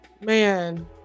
man